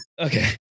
Okay